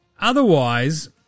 otherwise